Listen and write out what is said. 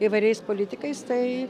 įvairiais politikais tai